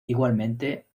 igualmente